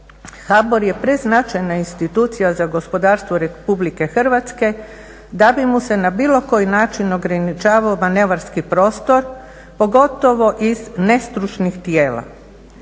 HBOR je preznačajna institucija za gospodarstvo Republike Hrvatske da bi mu se na bilo koji način ograničavao manevarski prostor pogotovo iz nestručnih tijela.